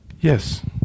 Yes